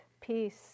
peace